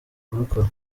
kubikora